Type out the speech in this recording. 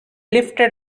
lifted